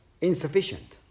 insufficient